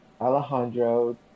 Alejandro